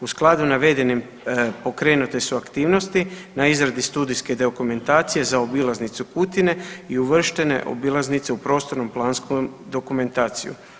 U skladu s navedenim pokrenute su aktivnosti na izradi studijske dokumentacije za obilaznicu Kutine i uvrštene obilaznice u prostorno planskom dokumentaciju.